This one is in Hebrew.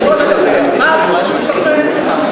בוא נדבר על צביעות, בוא נדבר.